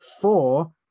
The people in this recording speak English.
four